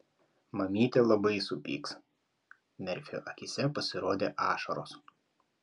mamytė labai supyks merfio akyse pasirodė ašaros